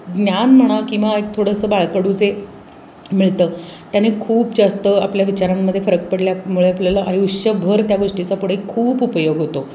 ज्ञान म्हणा किंवा एक थोडंसं बाळकडू जे मिळतं त्याने खूप जास्त आपल्या विचारांमध्ये फरक पडल्यामुळे आपल्याला आयुष्यभर त्या गोष्टीचा पुढे खूप उपयोग होतो